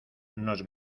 nos